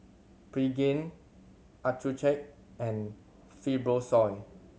Pregain Accucheck and Fibrosol